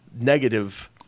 negative